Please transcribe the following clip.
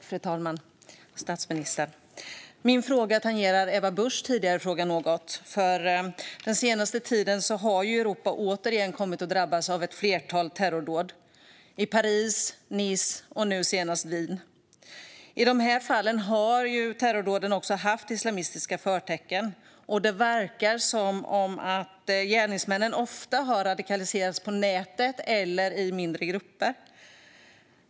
Fru talman! Statsministern! Min fråga tangerar något den fråga som Ebba Busch ställde tidigare. Den senaste tiden har Europa återigen drabbats av ett flertal terrordåd - i Paris, i Nice och nu senast i Wien. I de fallen har terrordåden haft islamistiska förtecken, och det verkar som att gärningsmännen ofta har radikaliserats på nätet eller i mindre grupper.